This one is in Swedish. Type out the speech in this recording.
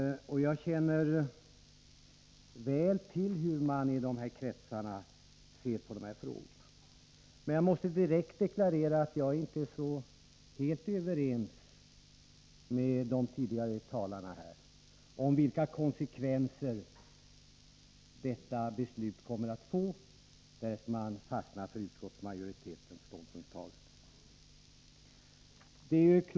Jag känner väl till hur man i de kretsarna ser på dessa frågor. Men jag måste direkt deklarera att jag inte är så helt ense med de tidigare talarna om vilka konsekvenser beslutet kommer att få, därest man fastnar för utskottsmajoritetens ställningstagande.